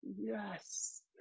yes